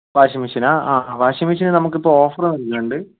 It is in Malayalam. വാഷിംഗ് മെഷീനാ ആ വാഷിംഗ് മെഷീന് നമുക്കിപ്പോൾ ഓഫർ വരുന്നുണ്ട്